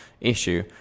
issue